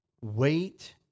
Wait